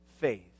faith